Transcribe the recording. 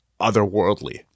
otherworldly